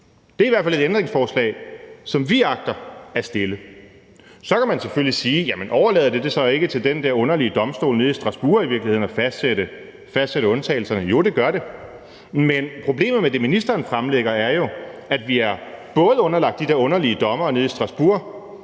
Det er i hvert fald et ændringsforslag, som vi agter at stille. Så kan man selvfølgelig spørge: Jamen overlader man det så i virkeligheden ikke til den der underlige domstol nede i Strasbourg at fastsætte undtagelserne? Jo, det gør man, men problemet med det, ministeren fremlægger, er jo, at vi både er underlagt de der underlige dommere nede i Strasbourg